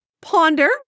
ponder